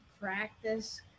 practice